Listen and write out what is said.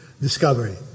discovery